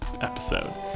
episode